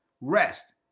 rest